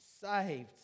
saved